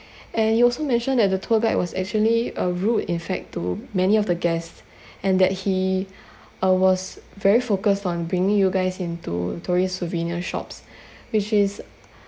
and you also mentioned that the tour guide was actually uh rude in fact to many of the guests and that he uh was very focused on bringing you guys into tourist souvenir shops which is